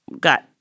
got